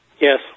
Yes